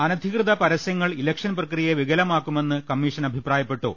അനധികൃത പ രസ്യങ്ങൾ ഇലക്ഷൻ പ്രക്രിയയെ വികലമാക്കുമെന്ന് കമ്മീഷൻ അ ഭിപ്രായപ്പെട്ടു